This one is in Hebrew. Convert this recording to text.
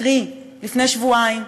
קרי בעוד שבועיים,